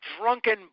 drunken